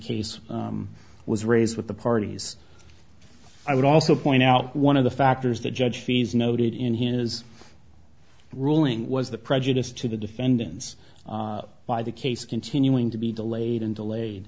case was raised with the parties i would also point out one of the factors that judge fees noted in his ruling was that prejudice to the defendants by the case continuing to be delayed an